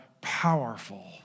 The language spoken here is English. powerful